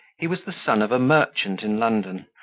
he was the son of a merchant in london,